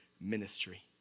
ministry